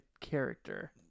character